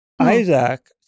Isaac